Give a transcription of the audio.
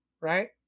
right